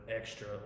extra